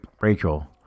Rachel